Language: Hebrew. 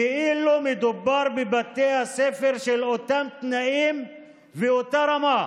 כאילו מדובר בבתי הספר באותם תנאים ואותה רמה.